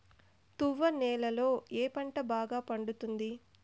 తువ్వ నేలలో ఏ పంట బాగా పండుతుంది?